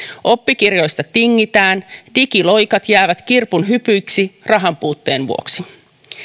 oppikirjoista tingitään digiloikat jäävät kirpun hypyiksi rahanpuutteen vuoksi